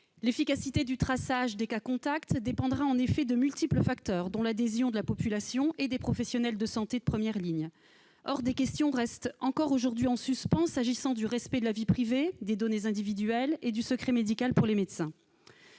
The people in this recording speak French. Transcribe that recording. L'efficacité du traçage des cas contacts dépendra en effet de multiples facteurs, dont l'adhésion de la population et des professionnels de santé de première ligne. Or des questions restent encore aujourd'hui en suspens concernant le respect de la vie privée, la protection des données individuelles et du secret médical pour les médecins.